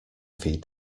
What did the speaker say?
feed